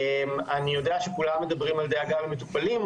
אני יודע שכולם מדברים על דאגה למטופלים,